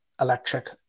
Electric